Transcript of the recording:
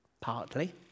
Partly